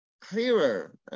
clearer